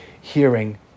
hearing